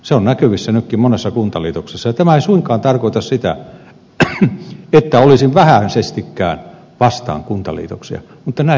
se on näkyvissä nytkin monessa kuntaliitoksessa ja tämä ei suinkaan tarkoita sitä että olisin vähäisestikään vastaan kuntaliitoksia mutta näin se toimii